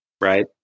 right